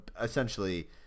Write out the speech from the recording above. essentially –